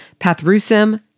Pathrusim